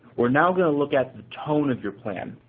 we're now going to look at the tone of your plan,